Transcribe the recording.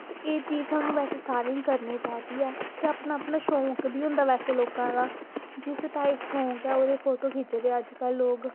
ते एह् चीज़ बैसे सानूं सारें गी करनी चाहिदी ऐ ते अपना अपना शौक बी होंदा बैसे लोकें दा जिस टाईप शौक ऐ ओह्दे फोटो खिच्चदे अज्जकल लोक